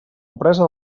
empresa